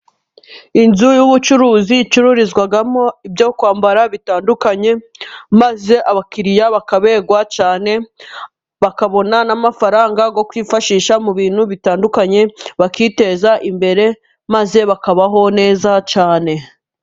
Inzu y'ubucuruzi icururizwamo ibyo kwambara bitandukanye, maze abakiriya bakaberwa cyane, bakabona n'amafaranga yo kwifashisha mu bintu bitandukanye bakiteza imbere, maze bakabaho neza cyane.